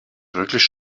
wirklich